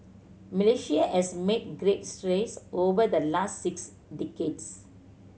Malaysia has made great strides over the last six decades